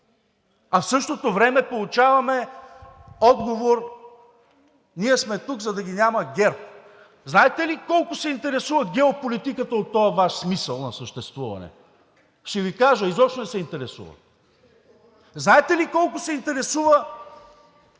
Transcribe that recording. а в същото време получаваме отговор: ние сме тук, за да ги няма ГЕРБ. Знаете ли колко се интересува геополитиката от този Ваш смисъл на съществуване? Ще Ви кажа – изобщо не се интересува. Знаете ли колко се интересува